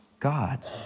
God